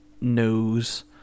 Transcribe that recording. knows